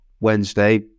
Wednesday